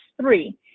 three